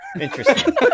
Interesting